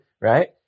Right